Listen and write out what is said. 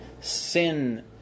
sin